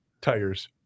Tires